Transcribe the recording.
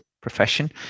profession